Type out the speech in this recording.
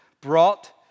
brought